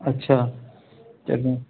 اچھا چلیں